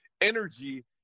energy